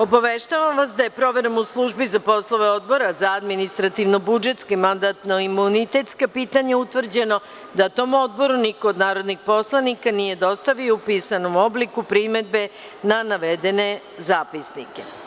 Obaveštavam vas da je proverom u službi za poslove Odbora za administrativno-budžetska i mandatno-imunitetska pitanja utvrđeno, da tom odboru niko od narodnih poslanika nije dostavio u pisanom obliku primedbe na navedene zapisnike.